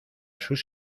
sus